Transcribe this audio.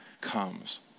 comes